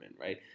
right